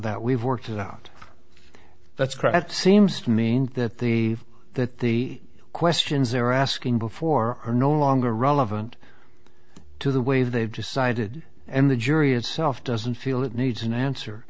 that we've worked it out that's crap that seems to mean that the that the questions they're asking before are no longer relevant to the way they've decided and the jury itself doesn't feel it needs an answer